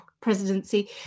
presidency